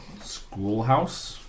Schoolhouse